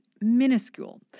Minuscule